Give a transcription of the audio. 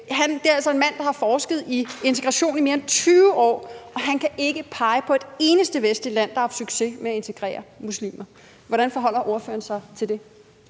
Det er altså en mand, der har forsket i integration i mere end 20 år, og han kan ikke pege på et eneste vestligt land, der haft succes med at integrere muslimer. Hvordan forholder ordføreren sig til det?